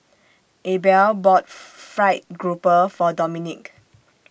Abel bought Fried Grouper For Dominque